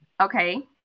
okay